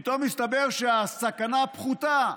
פתאום מסתבר שהסכנה פחותה.